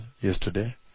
yesterday